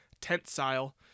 tent-style